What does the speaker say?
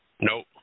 Nope